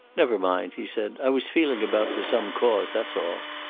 never mind, he said. i was feeling about for some cause. that's all.